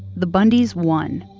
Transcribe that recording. the bundys won.